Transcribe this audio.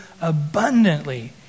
abundantly